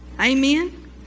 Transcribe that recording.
Amen